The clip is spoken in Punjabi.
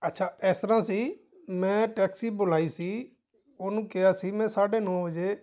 ਅੱਛਾ ਇਸ ਤਰ੍ਹਾਂ ਸੀ ਮੈਂ ਟੈਕਸੀ ਬੁਲਾਈ ਸੀ ਉਹਨੂੰ ਕਿਹਾ ਸੀ ਮੈਂ ਸਾਢੇ ਨੌੌੌਂ ਵਜੇ